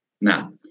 Now